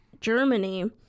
Germany